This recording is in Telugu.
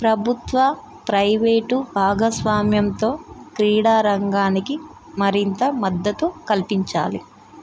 ప్రభుత్వ ప్రైవేటు భాగస్వామ్యంతో క్రీడారంగానికి మరింత మద్దతు కల్పించాలి